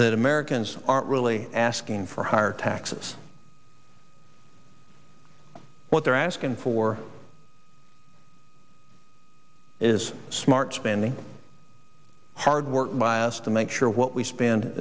that americans aren't really asking for higher taxes what they're asking for is smart spending hard work by us to make sure what we